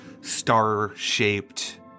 star-shaped